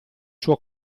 suo